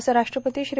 असं राष्ट्रपती श्री